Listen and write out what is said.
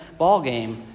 ballgame